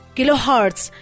Kilohertz